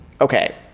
Okay